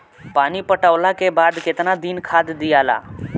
पानी पटवला के बाद केतना दिन खाद दियाला?